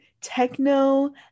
techno